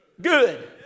good